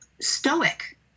stoic